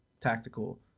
tactical